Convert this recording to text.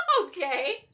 Okay